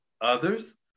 others